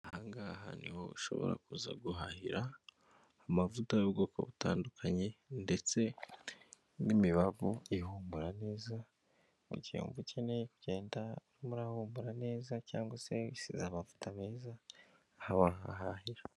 Aha ngaha niho ushobora kuza guhahira amavuta y'ubwoko butandukanye ndetse n'imibavu ihumura neza, mu gihe wumva ukeneye kugenda urimo urahuramura neza cyangwa wisize amavuta meza aha wahahahira.